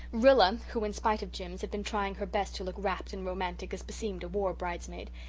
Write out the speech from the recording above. rilla, who in spite of jims, had been trying her best to look rapt and romantic, as beseemed a war bridesmaid,